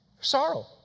sorrow